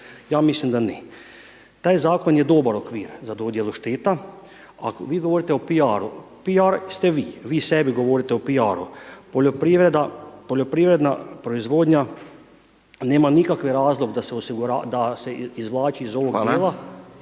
Ja mislim da ne. Taj zakon je dobar okvir za dodjelu šteta, a vi govorite o piaru, piar ste vi, vi sebi govorite o piaru. Poljoprivreda, poljoprivredna proizvodnja nema nikakve razlog da se osigurava, da